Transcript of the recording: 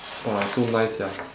!wah! so nice sia